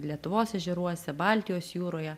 lietuvos ežeruose baltijos jūroje